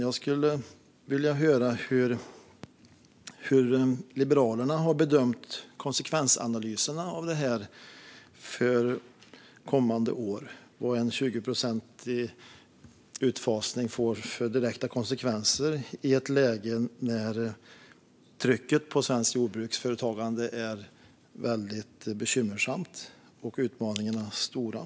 Jag skulle vilja höra hur Liberalerna har bedömt konsekvensanalyserna av det här för kommande år. Vad får en utfasning på 20 procent för direkta konsekvenser i ett läge där trycket på svenskt jordbruksföretagande är väldigt bekymmersamt och utmaningarna är stora?